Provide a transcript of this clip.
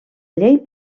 llei